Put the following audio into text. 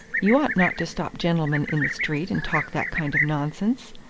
you ought not to stop gentlemen in the street and talk that kind of nonsense.